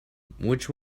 which